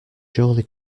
surely